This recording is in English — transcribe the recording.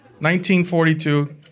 1942